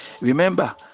remember